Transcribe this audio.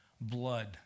blood